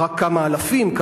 יש רק כמה אלפים,